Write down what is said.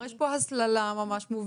כלומר יש פה הסללה ממש מובנית.